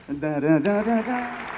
Da-da-da-da-da